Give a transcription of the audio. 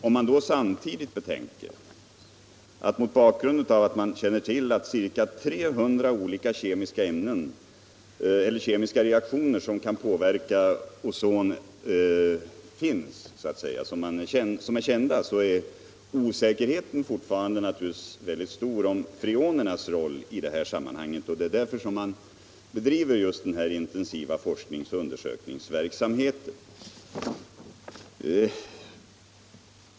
Om man samtidigt betänker att vi känner till ca 300 olika kemiska reaktioner som kan påverka ozonlagret, så inser vi att osäkerheten fort farande kan vara mycket stor när det gäller freonernas roll i detta sammanhang. Det är därför som man bedriver denna intensiva forskningsoch undersökningsverksamhet.